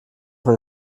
wenn